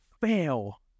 fail